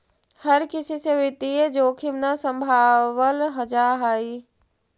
हर किसी से वित्तीय जोखिम न सम्भावल जा हई